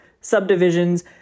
subdivisions